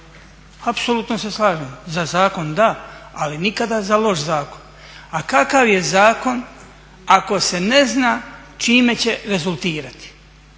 Apsolutno se slažem za zakon da, ali nikada za loš zakon. A kakav je zakon ako se ne zna čime će rezultirati?